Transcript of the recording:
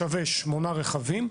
שזה שמונה רכבים,